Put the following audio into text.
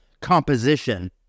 composition